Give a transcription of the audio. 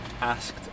asked